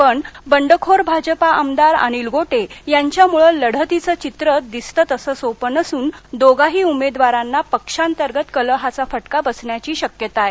पण बंडखोर आमदार अनिल गोटे यांच्यामुळं लढतिचं चित्र दिसतं तसं सोपं नसून दोघाही उमेदवारांना पक्षांतर्गत कलहाचा फटका बसण्याची शक्यता आहे